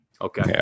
Okay